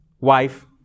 wife